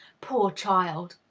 poor child!